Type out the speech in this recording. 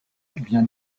vient